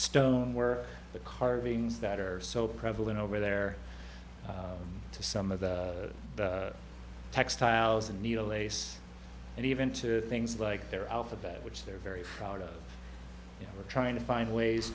stone work the carvings that are so prevalent over there to some of the textiles and needle ace and even to things like their alphabet which they're very proud of you are trying to find ways